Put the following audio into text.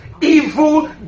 evil